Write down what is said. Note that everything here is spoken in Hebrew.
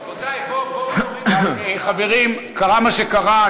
רבותי, חברים, קרה מה שקרה.